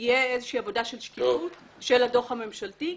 שתהיה איזושהי עבודה של שקיפות של הדוח הממשלתי,